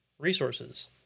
resources